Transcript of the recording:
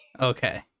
Okay